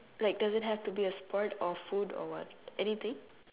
like doesn't have to be a sport or food or what anything